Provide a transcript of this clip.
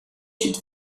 should